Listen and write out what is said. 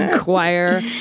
choir